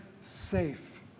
safe